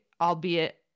albeit